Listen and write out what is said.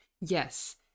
Yes